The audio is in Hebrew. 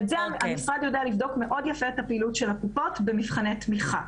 המשרד יודע לבדוק מאוד יפה את הפעילות של הקופות במבחני תמיכה.